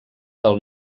del